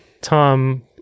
Tom